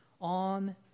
on